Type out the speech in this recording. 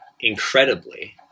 incredibly